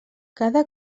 cada